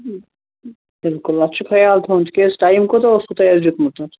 بِلکُل اتھ چھُ خَیال تھاوُن تِکیٛازے ٹایِم کوٗتاہ اوسوٕ تۅہہِ اَسہِ دیُتمُت